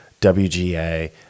WGA